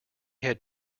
had